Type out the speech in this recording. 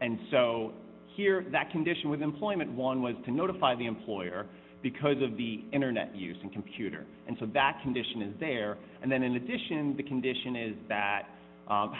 and so here that condition with employment one was to notify the employer because of the internet use and computer and so that condition is there and then in addition the condition is that